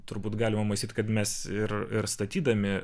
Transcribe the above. turbūt galima mastyt kad mes ir ir statydami